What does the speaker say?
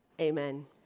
Amen